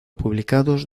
publicados